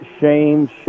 shame